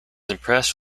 impressed